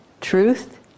Truth